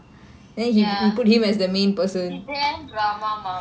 ya he damn drama மாமா:mama